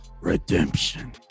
Redemption